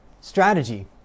strategy